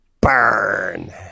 Burn